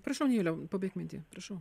prašau nijole pabaik mintį prašau